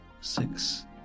Six